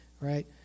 right